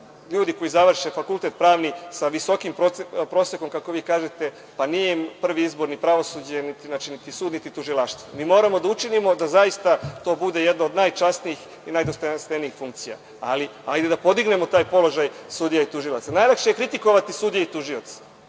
ljudi koji završe fakultet pravni sa visokim prosekom, kako vi kažete, pa nije im prvi izbor pravosuđe, niti sud niti tužilaštvo. Mi moramo da učinimo da zaista to bude jedno od najčasnijih i najdostojanstvenijih funkcija, ali hajde da podignemo taj položaj sudija i tužilaca. Najlakše je kritikovati sudije i tužioce.